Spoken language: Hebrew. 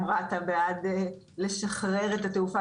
גם רשות התעופה האזרחית בעד לשחרר את התעופה